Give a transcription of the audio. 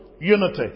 unity